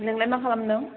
नोंलाय मा खालामदों